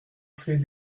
fait